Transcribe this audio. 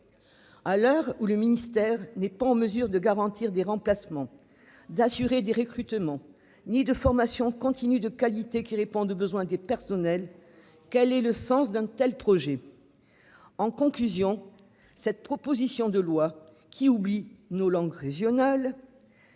À l'heure où le ministère n'est pas en mesure de garantir des remplacements d'assurer des recrutements ni de formation continue de qualité qui répondent aux besoins des personnels. Quel est le sens d'un tel projet. En conclusion, cette proposition de loi qui oublie nos langues régionales.